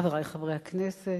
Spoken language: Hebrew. חברי חברי הכנסת,